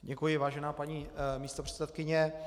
Děkuji vážená paní místopředsedkyně.